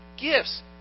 gifts